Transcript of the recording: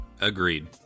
Agreed